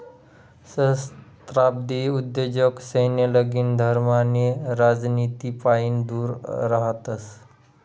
सहस्त्राब्दी उद्योजक सैन्य, लगीन, धर्म आणि राजनितीपाईन दूर रहातस